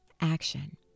action